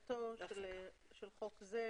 11.תחילה תחילתו של חוק זה,